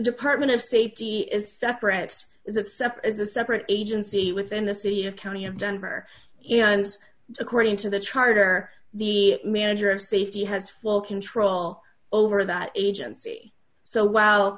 department of safety is separate is a separate as a separate agency within the city of county of denver and according to the charter the manager of safety has full control over that agency so